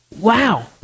Wow